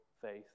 faith